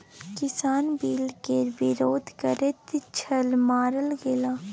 किसान बिल केर विरोध करैत छल मारल गेलाह